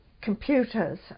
computers